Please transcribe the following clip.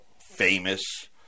famous